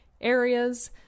areas